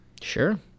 Sure